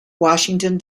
washington